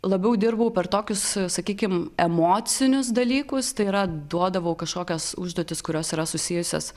labiau dirbau per tokius sakykim emocinius dalykus tai yra duodavau kažkokias užduotis kurios yra susijusios